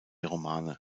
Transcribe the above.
romane